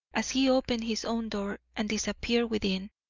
as he opened his own door and disappeared within,